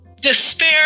Despair